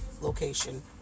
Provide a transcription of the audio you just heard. location